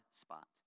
spot